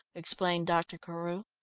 explained dr. carew.